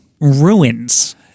ruins